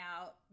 out